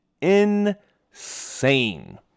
insane